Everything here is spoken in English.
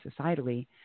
societally